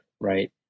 right